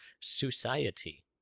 society